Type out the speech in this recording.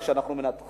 כאשר אנחנו מנתחים